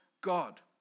God